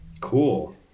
Cool